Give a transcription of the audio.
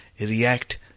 react